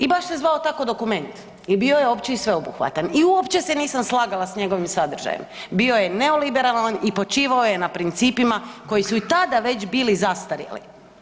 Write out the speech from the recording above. I baš se zvao tako dokument i bio je opći i sveobuhvatan i uopće se nisam slagala s njegovim sadržajem, bio je neoliberalan i počivao je na principima koji su i tada već bili zastarjeli.